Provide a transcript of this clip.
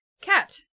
Cat